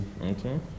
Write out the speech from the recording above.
Okay